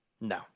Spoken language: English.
No